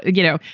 you know,